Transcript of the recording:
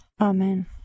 amen